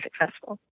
successful